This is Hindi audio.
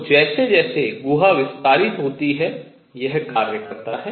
तो जैसे जैसे गुहा विस्तारित होती है यह कार्य करता है